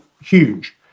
huge